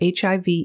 HIV